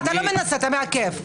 לא, אתה מעכב.